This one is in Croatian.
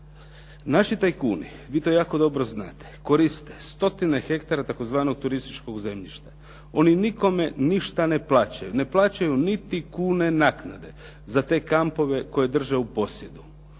znate, koriste stotine hektara tzv. turističkog zemljišta. Oni nikome ništa ne plaćaju, ne plaćaju niti kune naknade za te kampove koje drže u posjedu.